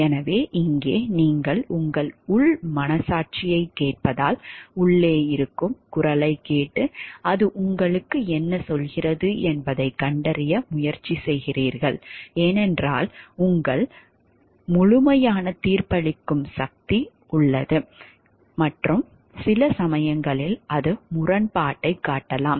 எனவே இங்கே நீங்கள் உங்கள் உள் மனசாட்சியைக் கேட்பதால் உள்ளே இருக்கும் குரலைக் கேட்டு அது உங்களுக்கு என்ன சொல்கிறது என்பதைக் கண்டறிய முயற்சி செய்கிறீர்கள் ஏனென்றால் உங்கள் முழுமையான தீர்ப்பளிக்கும் சக்தி உள்ளது மற்றும் சில சமயங்களில் அது முரண்பாட்டைக் காட்டலாம்